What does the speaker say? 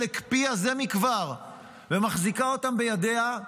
הקפיאה זה מכבר ומחזיקה אותם בידיה,